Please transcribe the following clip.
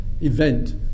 event